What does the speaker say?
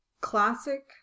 classic